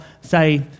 say